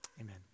Amen